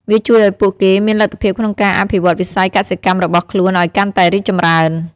វាជួយឱ្យពួកគេមានលទ្ធភាពក្នុងការអភិវឌ្ឍន៍វិស័យកសិកម្មរបស់ខ្លួនឱ្យកាន់តែរីកចម្រើន។